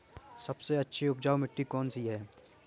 सबसे अच्छी उपजाऊ मिट्टी कौन सी है?